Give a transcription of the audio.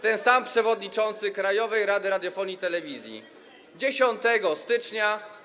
ten sam przewodniczący Krajowej Rady Radiofonii i Telewizji 10 stycznia?